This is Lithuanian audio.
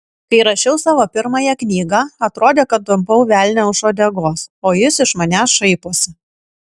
kai rašiau savo pirmąją knygą atrodė kad tampau velnią už uodegos o jis iš manęs šaiposi